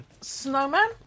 Snowman